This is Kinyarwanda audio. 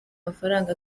amafaranga